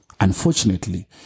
Unfortunately